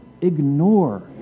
ignore